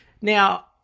Now